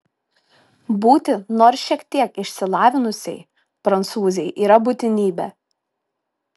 būti nors šiek tiek išsilavinusiai prancūzei yra būtinybė